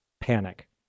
panic